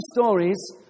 stories